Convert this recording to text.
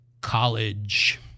College